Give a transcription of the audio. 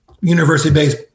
university-based